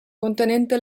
contenente